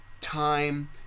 time